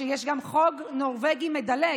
שיש גם חוק נורבגי מדלג.